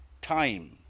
time